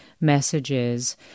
messages